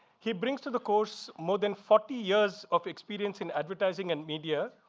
he brings to the course more than forty years of experience in advertising and media,